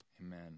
amen